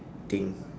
thing